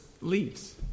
leaves